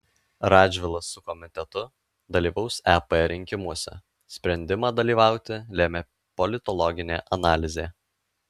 radžvilas su komitetu dalyvaus ep rinkimuose sprendimą dalyvauti lėmė politologinė analizė